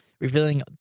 revealing